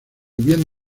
bien